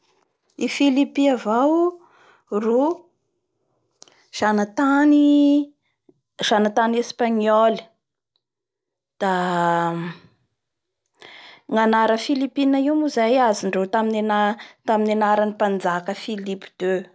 I Philipie avao ro zanatany-zanatany Espagnole da da ny anaran'ny Philipine io moa zay azondreo tamin'ny anaran-tamin'ny anaran'ny mpanjaka Philippe deux.